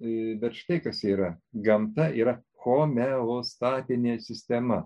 bet štai kas yra gamta yra homeostatinė sistema